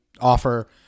offer